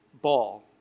ball